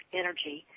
energy